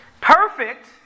Perfect